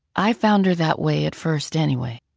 i found her that way at first, anyway.